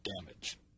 damage